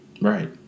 Right